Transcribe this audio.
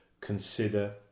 consider